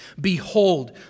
Behold